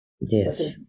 Yes